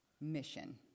mission